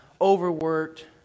overworked